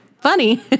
Funny